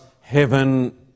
heaven